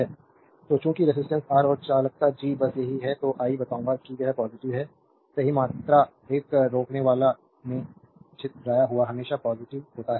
slide time देखें 2420 तो चूंकि रेजिस्टेंस R और चालकता G बस वही हैं जो आई बताऊंगा कि यह पॉजिटिव है सही मात्रा एक रोकनेवाला में छितराया हुआ हमेशा पॉजिटिव होता है